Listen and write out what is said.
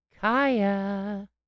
Kaya